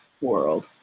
world